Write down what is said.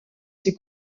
ces